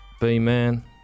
B-man